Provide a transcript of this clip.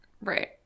Right